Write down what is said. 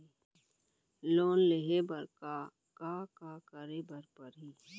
Loan लेहे बर का का का करे बर परहि?